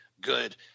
good